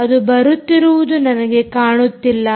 ಅದು ಬರುತ್ತಿರುವುದು ನನಗೆ ಕಾಣುತ್ತಿಲ್ಲ